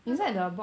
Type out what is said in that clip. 那种